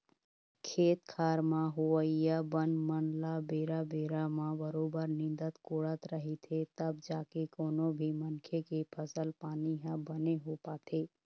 खेत खार म होवइया बन मन ल बेरा बेरा म बरोबर निंदत कोड़त रहिथे तब जाके कोनो भी मनखे के फसल पानी ह बने हो पाथे